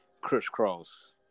crisscross